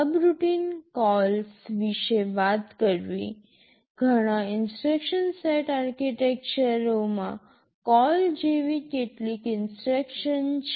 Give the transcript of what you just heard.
subroutine calls વિશે વાત કરવી ઘણાં ઇન્સટ્રક્શન સેટ આર્કિટેક્ચરોમાં CALL જેવી કેટલીક ઇન્સટ્રક્શન છે